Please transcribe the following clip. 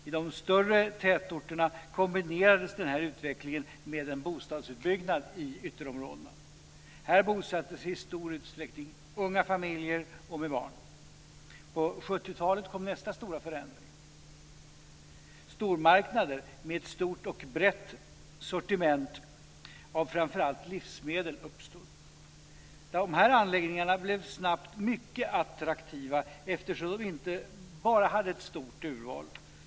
I de större tätorterna kombinerades den här utvecklingen med bostadsutbyggnad i ytterområdena. Här bosatte sig i stor utsträckning unga familjer med barn. På 70-talet kom nästa stora förändring. Stormarknader med stort och brett sortiment av framför allt livsmedel uppstod. De här anläggningarna blev snabbt mycket attraktiva eftersom de inte bara hade ett stort urval.